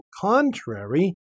contrary